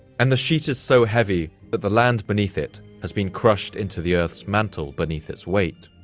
and the sheet is so heavy but the land beneath it has been crushed into the earth's mantle beneath its weight.